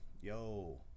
Yo